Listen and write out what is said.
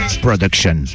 Production